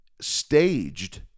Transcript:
staged